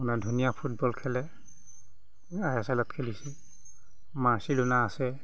মানে ধুনীয়া ফুটবল খেলে আই এছ এল ত খেলিছে মাৰ্চিলোনা আছে